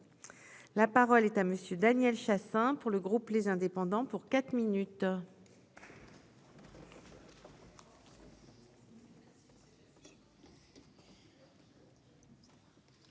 la parole est à Monsieur Daniel Chassain pour le groupe, les indépendants pour quatre minutes.